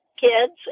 kids